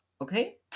Okay